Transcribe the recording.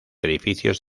edificios